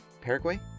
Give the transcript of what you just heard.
Paraguay